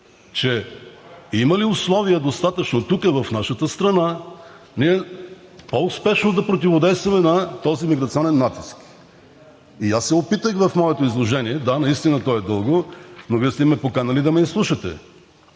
има ли достатъчно условия, тук в нашата страна, ние по-успешно да противодействаме на този миграционен натиск? Аз се опитах в моето изложение – да, наистина е дълго, но Вие сте ме поканили да ме изслушате